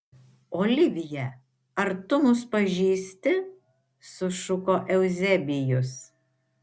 olivija ar tu mus pažįsti sušuko euzebijus